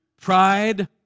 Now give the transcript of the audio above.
pride